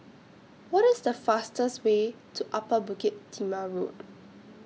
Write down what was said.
What IS The fastest Way to Upper Bukit Timah Road